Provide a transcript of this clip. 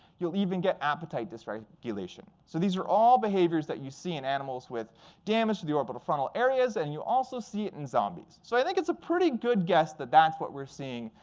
you'll even get appetite disregulation. so these are all behaviors that you see in animals with damage to the orbitofrontal areas. and you also see it in zombies. so i think it's a pretty good guess that that's what we're seeing,